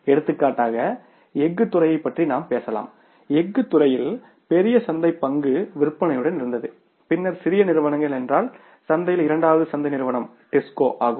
எடுத்துக்காட்டாக எஃகு துறையைப் பற்றி நாம் பேசலாம் எஃகு துறையில் பெரிய சந்தைப் பங்கு விற்பனையுடன் இருந்தது பின்னர் சிறிய நிறுவனங்கள் என்றால் சந்தையில் இரண்டாவது சந்தை நிறுவனம் டிஸ்கோடிஸ்கோ ஆகும்